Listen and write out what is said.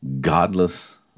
godless